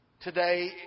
today